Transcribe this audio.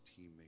teammate